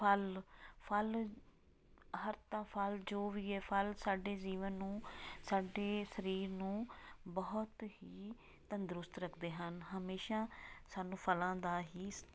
ਫਲ ਫਲ ਹਰਤਾ ਫਲ ਜੋ ਵੀ ਹੈ ਫਲ ਸਾਡੇ ਜੀਵਨ ਨੂੰ ਸਾਡੇ ਸਰੀਰ ਨੂੰ ਬਹੁਤ ਹੀ ਤੰਦਰੁਸਤ ਰੱਖਦੇ ਹਨ ਹਮੇਸ਼ਾ ਸਾਨੂੰ ਫਲਾਂ ਦਾ ਹੀ